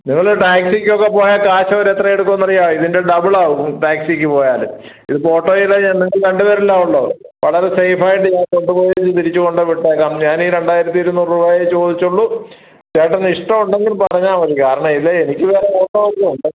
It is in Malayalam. നിങ്ങൾ ടാക്സിയ്ക്കൊക്കെ പോയാൽ കാശവരെത്ര എടുക്കുമെന്നറിയുമോ ഇതിൻ്റെ ഡബിളാകും ടാക്സിയ്ക്ക് പോയാൽ ഇതിപ്പോൾ ഓട്ടോയിൽ ചെന്നെങ്കിൽ രണ്ട് പേരല്ലേ ഉള്ളൂ വളരെ സെയ്ഫായിട്ട് ഞാൻ കൊണ്ടുപോയിട്ട് തിരിച്ച് കൊണ്ടുവിട്ടേക്കാം ഞാൻ ഈ രണ്ടായിരത്തി ഇരുന്നൂറ് രൂപയെ ചോദിച്ചുള്ളു ചേട്ടന് ഇഷ്ടമുണ്ടെങ്കിൽ പറഞ്ഞാൽ മതി കാരണം ഇല്ലെങ്കിൽ എനിക്ക് വേറെ ഓട്ടമെല്ലാം ഉണ്ട്